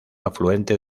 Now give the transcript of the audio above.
afluente